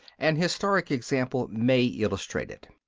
an historic example may illustrate it.